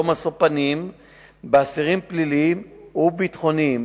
משוא פנים באסירים פליליים וביטחוניים.